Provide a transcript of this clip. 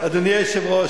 אדוני היושב-ראש,